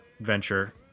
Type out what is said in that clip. venture